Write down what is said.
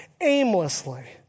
aimlessly